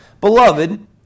Beloved